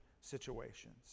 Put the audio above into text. situations